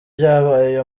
byabaye